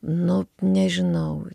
nu nežinau